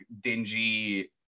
dingy